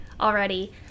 already